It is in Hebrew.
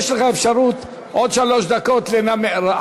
יש לך אפשרות עוד שלוש דקות לנמק,